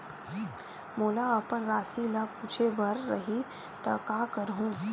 मोला अपन राशि ल पूछे बर रही त का करहूं?